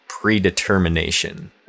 predetermination